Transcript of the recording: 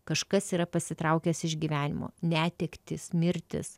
kažkas yra pasitraukęs iš gyvenimo netektys mirtys